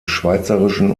schweizerischen